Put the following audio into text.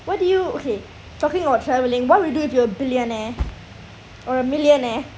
what do you okay talking about travelling what will you do if you're a billionaire or a millionaire